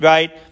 Right